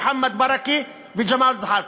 מוחמד ברכה וג'מאל זחאלקה,